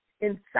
inside